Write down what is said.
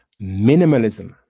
Minimalism